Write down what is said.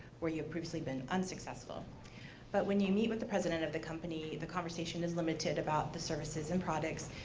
where you've previously been unsuccessful but when you meet with the president of the company, the conversation is limited about the services and products.